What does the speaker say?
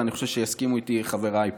ואני חושב שיסכימו איתי חבריי פה.